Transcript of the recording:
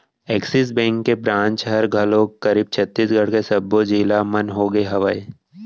Axis bank के ब्रांच ह घलोक करीब छत्तीसगढ़ के सब्बो जिला मन होगे हवय